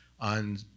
on